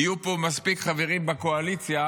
יהיו פה מספיק חברים בקואליציה,